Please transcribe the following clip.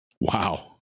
Wow